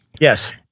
Yes